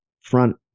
front